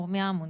אין נוהל מסודר.